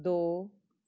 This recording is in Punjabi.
ਦੋ